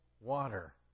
water